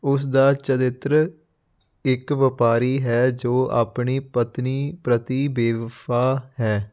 ਉਸ ਦਾ ਚਰਿੱਤਰ ਇੱਕ ਵਪਾਰੀ ਹੈ ਜੋ ਆਪਣੀ ਪਤਨੀ ਪ੍ਰਤੀ ਬੇਵਫ਼ਾ ਹੈ